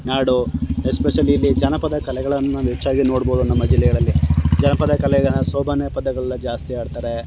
ನಾಡು especially ಇಲ್ಲಿ ಜನಪದ ಕಲೆಗಳನ್ನು ಹೆಚ್ಚಾಗಿ ನೋಡ್ಬೋದು ನಮ್ಮ ಜಿಲ್ಲೆಯಲ್ಲಿ ಜನಪದ ಕಲೆಗಳ ಸೋಬಾನೆ ಪದಗಳು ಜಾಸ್ತಿ ಹಾಡ್ತಾರೆ